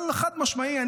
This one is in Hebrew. אבל חד-משמעי,